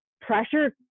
pressure